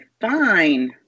fine